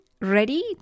ready